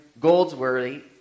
Goldsworthy